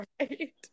Right